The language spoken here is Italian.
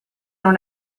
non